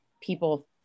people